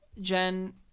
Jen